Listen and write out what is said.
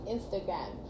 Instagram